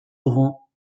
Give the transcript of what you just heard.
laurent